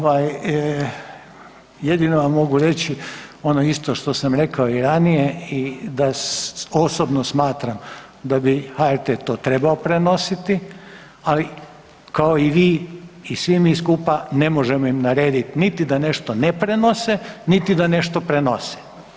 Ovaj jedino vam mogu reći ono isto što sam rekao i ranije da osobno smatram da bi HRT to trebao prenositi, ali kao i vi i svi mi skupa ne možemo im naredit niti da nešto ne prenose, niti da nešto prenose.